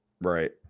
Right